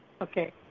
Okay